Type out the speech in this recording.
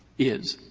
is?